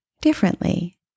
differently